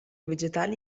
vegetali